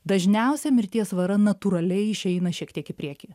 dažniausia mirties vara natūraliai išeina šiek tiek į priekį